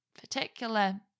particular